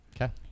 Okay